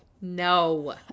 No